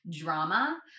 drama